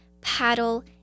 paddle